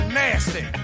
nasty